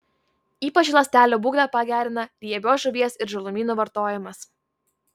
ypač ląstelių būklę pagerina riebios žuvies ir žalumynų vartojimas